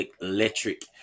Electric